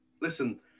listen